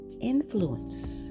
influence